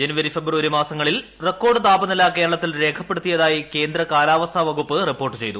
ജനുവരി ഫെബ്രുവരി മാസങ്ങളിൽ റെക്കോർഡ് താപനില കേരളത്തിൽ രേഖപ്പെടുത്തിയതായി കേന്ദ്രകാലാവസ്ഥാ വകുപ്പ് റിപ്പോർട്ട് ചെയ്തു